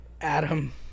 Adam